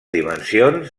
dimensions